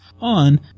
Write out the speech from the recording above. on